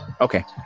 okay